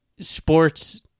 sports